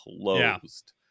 closed